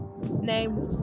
name